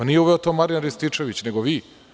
Nije uveo to Marjan Rističević, nego vi.